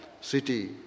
city